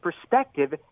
perspective